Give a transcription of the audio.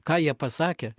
ką jie pasakė